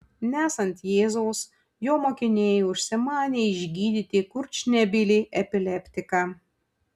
nesant jėzaus jo mokiniai užsimanė išgydyti kurčnebylį epileptiką